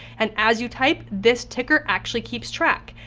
and as you type, this ticker actually keeps track.